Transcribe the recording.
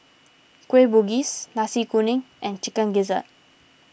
Kueh Bugis Nasi Kuning and Chicken Gizzard